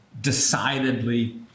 decidedly